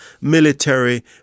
military